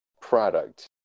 product